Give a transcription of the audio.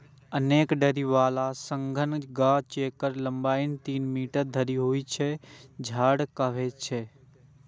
अनेक डारि बला सघन गाछ, जेकर लंबाइ तीन मीटर धरि होइ छै, झाड़ कहाबै छै